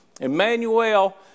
Emmanuel